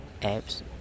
apps